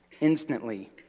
Instantly